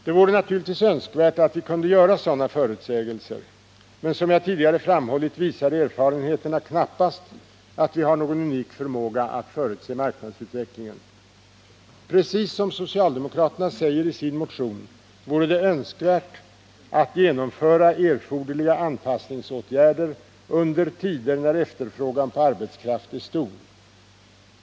Det vore naturligtvis önskvärt att vi kunde göra sådana förutsägelser, men som jag tidigare framhållit visar erfarenheterna knappast att vi har någon unik förmåga att förutse marknadsutvecklingen. Precis som socialdemokraterna säger i sin motion vore det önskvärt att genomföra erforderliga anpassningsåtgärder under tider när efterfrågan på arbetskraft är stor.